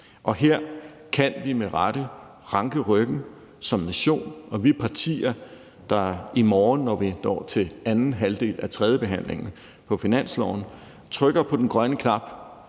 Her kan vi med rette ranke ryggen som nation, når vi partier i morgen når til anden halvdel af tredjebehandlingen af finanslovsforslaget og trykker på den grønne knap